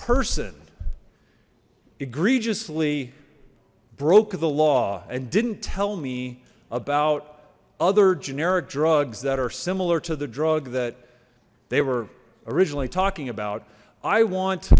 person egregiously broke the law and didn't tell me about other generic drugs that are similar to the drug that they were originally talking about i want